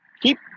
keep